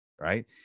right